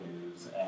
news